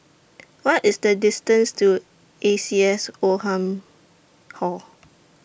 What IS The distance to A C S Oldham Hall